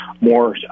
more